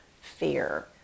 fear